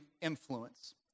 influence